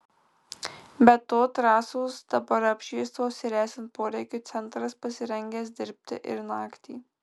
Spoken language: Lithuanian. be to trasos dabar apšviestos ir esant poreikiui centras pasirengęs dirbti ir naktį